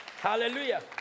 hallelujah